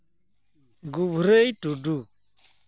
ᱜᱩᱵᱷᱨᱟᱹᱭ ᱴᱩᱰᱩ